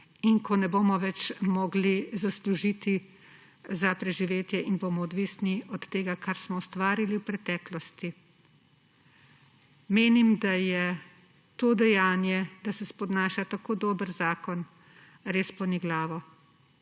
in ko ne bomo več mogli zaslužiti za preživetje in bomo odvisni od tega, kar smo ustvarili v preteklosti. Menim, da je to dejanje, da se spodnaša tako dober zakon, res poniglavo